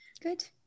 Good